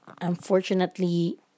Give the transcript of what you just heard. unfortunately